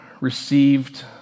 received